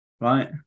Right